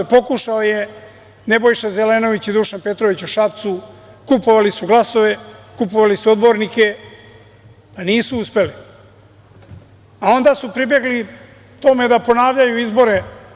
Pokušao je Nebojša Zelenović i Dušan Petrović u Šapcu, kupovali su glasove, kupovali su odbornike, a nisu uspeli, a onda su pribegli tome da ponavljaju izbore.